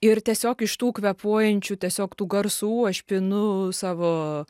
ir tiesiog iš tų kvėpuojančių tiesiog tų garsų aš pinu savo